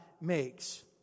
makes